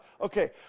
okay